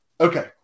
Okay